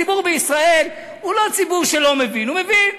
הציבור בישראל הוא לא ציבור שלא מבין, הוא מבין.